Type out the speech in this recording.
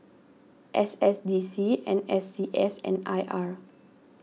S S D C N S C S and I R